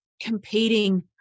competing